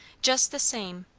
just the same!